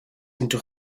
into